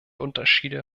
unterschiede